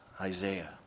Isaiah